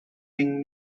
being